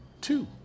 two